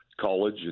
college